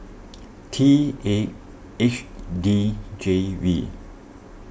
T eight H D J V